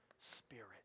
Spirit